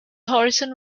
horizon